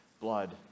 blood